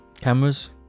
Cameras